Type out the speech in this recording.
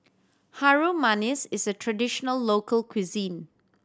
Harum Manis is a traditional local cuisine